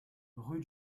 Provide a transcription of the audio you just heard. rue